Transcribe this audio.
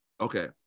Okay